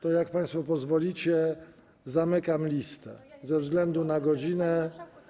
To jak państwo pozwolicie, zamykam listę, ze względu na godzinę.